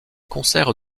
concerts